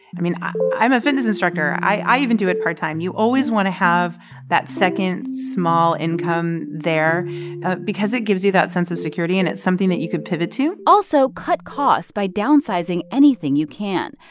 i mean, i'm a fitness instructor. i even do it part-time. you always want to have that second small income there because it gives you that sense of security. and it's something that you could pivot to also cut costs by downsizing anything you can.